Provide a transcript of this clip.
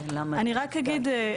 אני רק אגיד,